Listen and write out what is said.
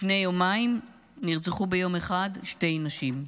לפני יומיים נרצחו ביום אחד שתי נשים.